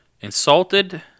Insulted